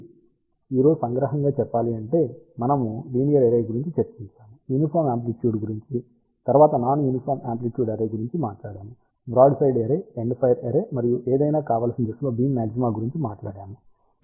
కాబట్టి ఈ రోజు సంగ్రహంగా చెప్పాలంటే మనము లీనియర్ అర్రే గురించి చర్చించాము యూనిఫాం యామ్ప్లిట్యుడ్ గురించి తరువాత నాన్ యూనిఫాం యామ్ప్లిట్యుడ్ అర్రే గురించి మాట్లాడాము బ్రాడ్సైడ్ అర్రే ఎండ్ఫైర్ అర్రే మరియు ఏదైనా కావలసిన దిశలో బీమ్ మాగ్జిమా గురించి మాట్లాడాము